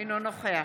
אינו נוכח